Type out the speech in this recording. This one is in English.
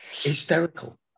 Hysterical